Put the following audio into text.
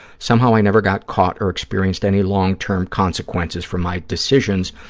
somehow i never got caught or experienced any long-term consequences for my decisions,